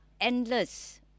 endless